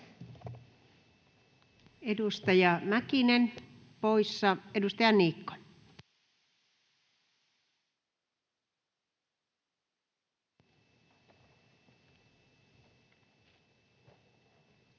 Edustaja Mäkinen poissa. — Edustaja Niikko. Arvoisa